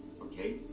Okay